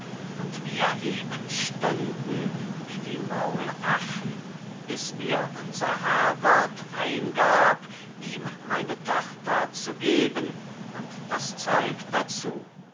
und wir eben stunden wie die maulaffen bis mir unser herrgott eingab ihm meine tochter zu geben und das zeug dazu